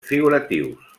figuratius